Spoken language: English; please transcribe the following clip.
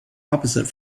opposite